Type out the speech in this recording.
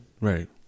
Right